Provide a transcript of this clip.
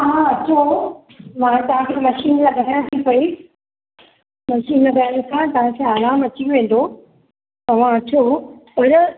हा हा अचो मां तहां खे मशीन लॻायां थी पई मशीन लॻाइण सां तव्हांखे आराम अची वेंदो तव्हां अचो पर